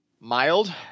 Mild